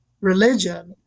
religion